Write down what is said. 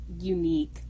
unique